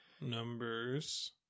Numbers